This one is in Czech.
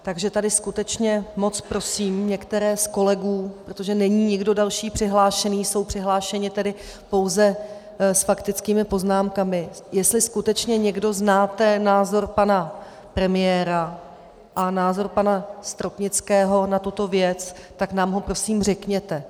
Takže tady skutečně moc prosím některé z kolegů protože není nikdo další přihlášený, jsou přihlášeni tedy pouze s faktickými poznámkami jestli skutečně někdo znáte názor pana premiéra a názor pana Stropnického na tuto věc, tak nám ho prosím řekněte.